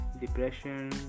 depression